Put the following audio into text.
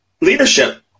leadership